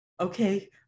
okay